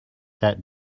that